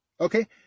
Okay